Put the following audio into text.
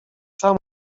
samo